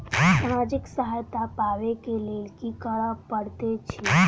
सामाजिक सहायता पाबै केँ लेल की करऽ पड़तै छी?